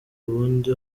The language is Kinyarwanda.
ubundi